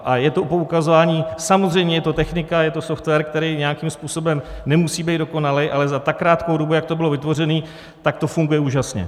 A je to poukazování, samozřejmě je to technika, je to software, který nějakým způsobem nemusí být dokonalý, ale za tak krátkou dobu, jak to bylo vytvořené, to funguje úžasně.